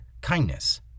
kindness